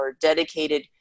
dedicated